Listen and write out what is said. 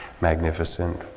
magnificent